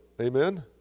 Amen